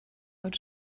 fod